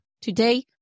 today